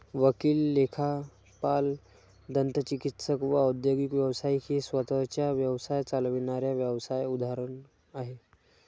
वकील, लेखापाल, दंतचिकित्सक व वैद्यकीय व्यावसायिक ही स्वतः चा व्यवसाय चालविणाऱ्या व्यावसाय उदाहरण आहे